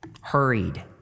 hurried